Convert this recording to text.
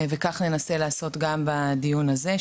כך ננסה לעשות גם בדיון הזה,